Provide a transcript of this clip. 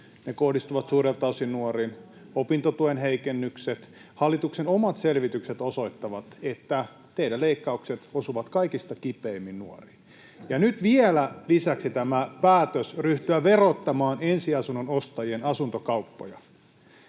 ne kohdistuvat suurelta osin nuoriin, opintotuen heikennykset. Hallituksen omat selvitykset osoittavat, että teidän leikkaukset osuvat kaikista kipeimmin nuoriin, ja nyt tuli vielä lisäksi tämä päätös ryhtyä verottamaan ensiasunnon ostajien asuntokauppoja.